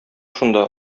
шунда